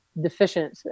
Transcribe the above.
deficient